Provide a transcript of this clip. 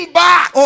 back